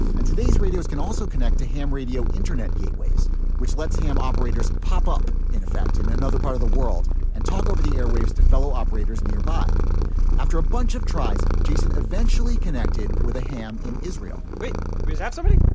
and today's radios can also connect to ham radio internet gateways which lets ham operators pop up in effect in another part of the world and talk over the airwaves to fellow operators nearby after a bunch of tries jason eventually connected with a ham in israel but because of somebody